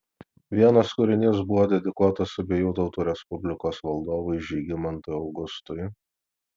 vienas kūrinys buvo dedikuotas abiejų tautų respublikos valdovui žygimantui augustui